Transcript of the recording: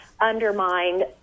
undermine